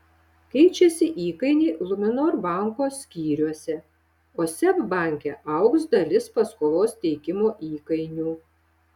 keičiasi įkainiai luminor banko skyriuose o seb banke augs dalis paskolos teikimo įkainių